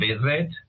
visit